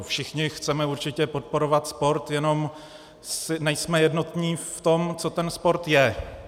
Všichni chceme určitě podporovat sport, jenom nejsme jednotní v tom, co ten sport je.